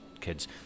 kids